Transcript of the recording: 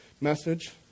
message